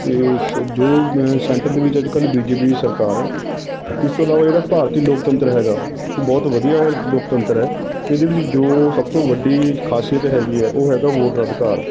ਅਤੇ ਜੋ ਮੈਂ ਸੈਂਟਰ ਦੇ ਵਿੱਚ ਅੱਜ ਕੱਲ੍ਹ ਬੀ ਜੇ ਪੀ ਦੀ ਸਰਕਾਰ ਹੈ ਇਸ ਤੋਂ ਇਲਾਵਾ ਜਿਹੜਾ ਭਾਰਤੀ ਲੋਕਤੰਤਰ ਹੈ ਉਹ ਬਹੁਤ ਵਧੀਆ ਹੈ ਲੋਕਤੰਤਰ ਹੈ ਇਹਦੇ ਵਿੱਚ ਜੋ ਸਭ ਤੋਂ ਵੱਡੀ ਖਾਸੀਅਤ ਹੈਗੀ ਹੈ ਉਹ ਹੈਗਾ ਵੋਟ ਦਾ ਅਧਿਕਾਰ